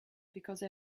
because